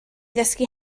ddysgu